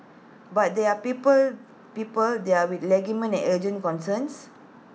but there are people people there with legitimate and urgent concerns